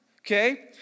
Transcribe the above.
okay